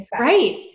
right